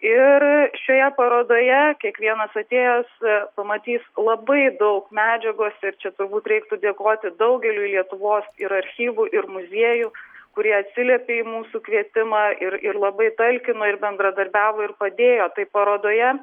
ir šioje parodoje kiekvienas atėjęs pamatys labai daug medžiagos ir čia turbūt reiktų dėkoti daugeliui lietuvos ir archyvų ir muziejų kurie atsiliepė į mūsų kvietimą ir ir labai talkino ir bendradarbiavo ir padėjo tai parodoje